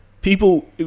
people